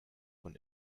von